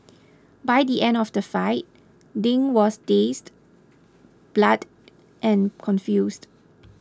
by the end of the fight Ding was dazed blood and confused